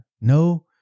No